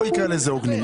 לא נקרא לזה הוגנים,